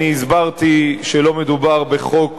אני הסברתי שלא מדובר בחוק